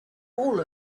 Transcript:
all